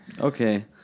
Okay